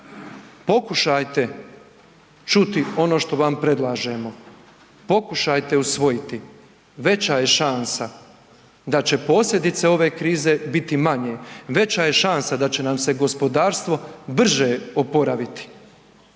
Pokušajte čuti ono što vam predlažemo, pokušajte usvojiti veća je šansa da će posljedice ove krize biti manje, veća je šansa da će nam se gospodarstvo brže oporaviti